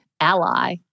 ally